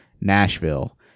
Nashville